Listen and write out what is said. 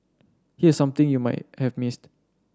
here's something you might have missed